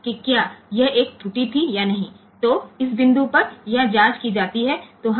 તેથી હવે આપણે એ તપાસ કરવાની જરૂર છે કે તે ભૂલ હતી કે નહીં